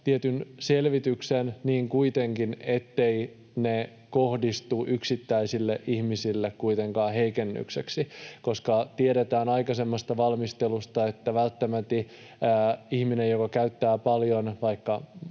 selvityksen, kuitenkin niin, etteivät ne kohdistu yksittäisille ihmisille kuitenkaan heikennykseksi. Koska tiedetään aikaisemmasta valmistelusta, että välttämäti ihminen, joka käyttää paljon vaikka